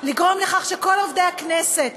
ולגרום לכך שכל עובדי הכנסת,